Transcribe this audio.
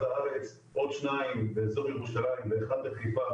הארץ עוד שניים באזור ירושלים ואחד בחיפה,